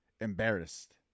embarrassed